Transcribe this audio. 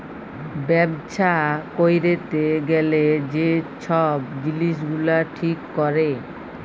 ব্যবছা ক্যইরতে গ্যালে যে ছব জিলিস গুলা ঠিক ক্যরে